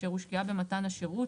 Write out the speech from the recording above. אשר הושקעה במתן השירות,